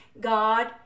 God